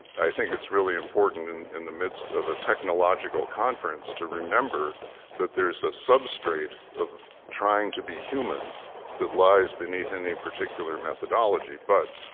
i think it's really important in in the midst of a technological conference to remember that there's a sub-strate of trying to be human that lies beneath any particular methodology. but,